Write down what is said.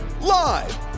Live